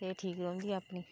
सेहत ठीक रौंहदी अपनी